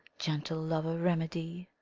gentle lover, remedy.